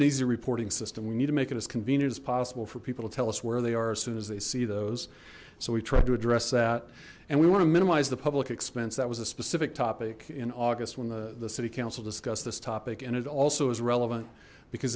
an easy reporting system we need to make it as convenient as possible for people to tell us where they are as soon as they see those so we tried to address that and we want to minimize the public expense that was a specific topic in august when the the city council discussed this topic and it also is relevant because